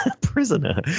Prisoner